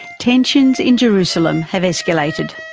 tensions in jerusalem have escalated.